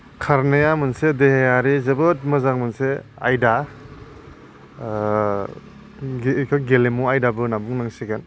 खारनाया मोनसे देहायारि जोबोद मोजां मोनसे आयदा बेखौ गेलेमु आयदाबो होनना बुंनांसिगोन